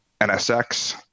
NSX